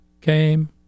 came